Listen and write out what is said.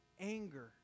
anger